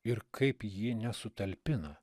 ir kaip ji nesutalpina